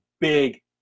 big